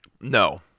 No